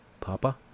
papa